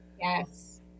Yes